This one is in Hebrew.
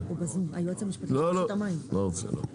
היועץ המשפטי של רשות המים בזום.